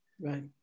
right